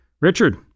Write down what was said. Richard